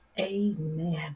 Amen